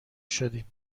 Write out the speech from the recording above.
شدیم